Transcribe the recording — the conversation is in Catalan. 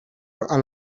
amb